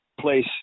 place